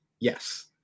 yes